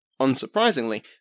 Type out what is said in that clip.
Unsurprisingly